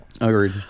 Agreed